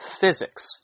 physics